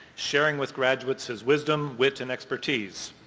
sharing with graduates his wisdom, wits and expertise.